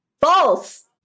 False